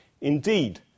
Indeed